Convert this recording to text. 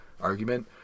argument